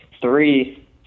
Three